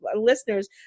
listeners